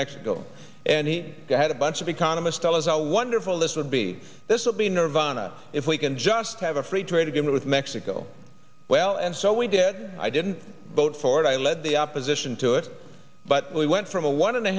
mexico and he had a bunch of economists tell us how wonderful this would be this would be nirvana if we can just have a free trade agreement with mexico well and so we did i didn't vote for it i led the opposition to it but we went from a one and a